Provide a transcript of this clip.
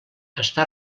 està